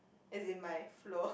as in my flow